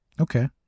okay